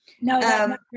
No